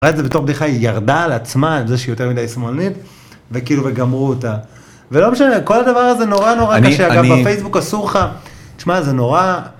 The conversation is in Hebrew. בתור בדיחה ירדה על עצמה על זה שהיא יותר מדי שמאלית וכאילו וגמרו אותה ולא משנה כל הדבר הזה נורא נורא קשה אני אני גם בפייסבוק אסור לך שמע, זה נורא.